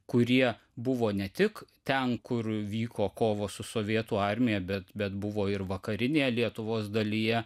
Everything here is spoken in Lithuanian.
kurie buvo ne tik ten kur vyko kovos su sovietų armija bet bet buvo ir vakarinėje lietuvos dalyje